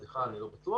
סליחה, אני לא בטוח